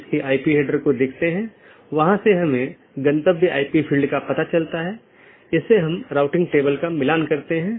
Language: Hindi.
इसके बजाय हम जो कह रहे हैं वह ऑटॉनमस सिस्टमों के बीच संचार स्थापित करने के लिए IGP के साथ समन्वय या सहयोग करता है